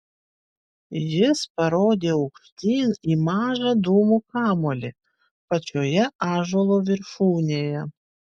jis parodė aukštyn į mažą dūmų kamuolį pačioje ąžuolo viršūnėje